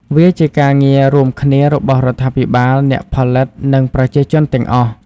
វាជាការងាររួមគ្នារបស់រដ្ឋាភិបាល អ្នកផលិត និងប្រជាជនទាំងអស់។